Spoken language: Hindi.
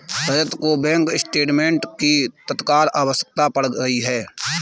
रजत को बैंक स्टेटमेंट की तत्काल आवश्यकता पड़ गई है